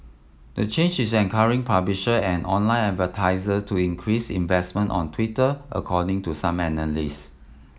the change is encourage publisher and online advertisers to increase investment on Twitter according to some analysts